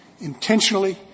intentionally